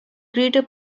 greater